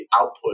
output